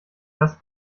das